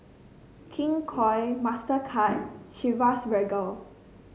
King Koil Mastercard Chivas Regal